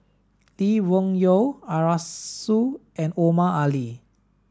Lee Wung Yew Arasu and Omar Ali